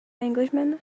englishman